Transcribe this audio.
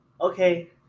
okay